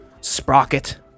Sprocket